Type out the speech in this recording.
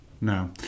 No